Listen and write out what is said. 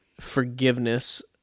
forgiveness